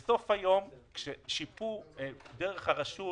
בסוף היום כששיפו דרך הרשות,